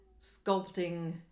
sculpting